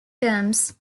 terms